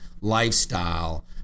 lifestyle